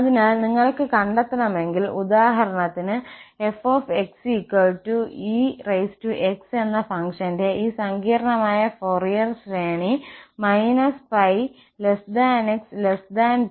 അതിനാൽ നിങ്ങൾക്ക് കണ്ടെത്തണമെങ്കിൽ ഉദാഹരണത്തിന് f ex എന്ന ഫംഗ്ഷന്റെ ഈ സങ്കീർണ്ണമായ ഫോറിയർ ശ്രേണി −πxπ